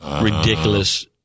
ridiculous